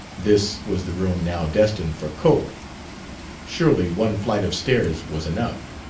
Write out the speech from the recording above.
this was the room now destined for cope surely one flight of stairs was enough.